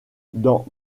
dans